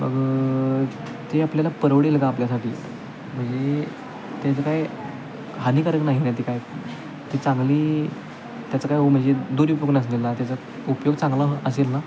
मग ते आपल्याला परवडेल का आपल्यासाठी म्हणजे त्याचं काय हानीकारक नाही ना ते काय ती चांगली त्याचं काय म्हणजे दुरूपयोग नसलेलं ना त्याचा उपयोग चांगला असेल ना